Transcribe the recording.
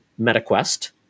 MetaQuest